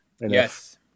Yes